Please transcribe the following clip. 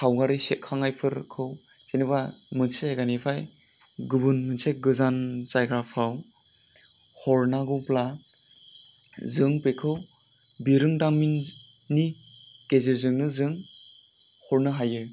सावगारि सेबखांनायफोरखौ जेन'बा मोनसे जायगानिफ्राय गुबुन मोनसे गोजान जायगाफ्राव हरनांगौब्ला जों बेखौ बिरोंदामिननि गेजेरजोंनो जों हरनो हायो